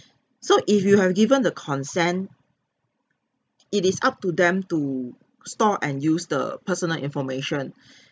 so if you have given the consent it is up to them to store and use the personal information